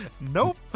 Nope